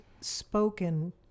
spoken